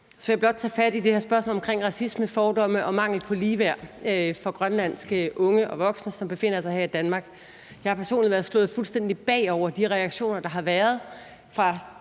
Så vil jeg blot tage fat i det her spørgsmål om racisme, fordomme og mangel på ligeværd for grønlandske unge og voksne, som befinder sig her i Danmark. Jeg har personligt været slået fuldstændig bagover af de reaktioner, der har været fra